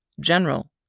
General